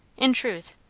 in truth,